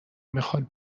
میخواد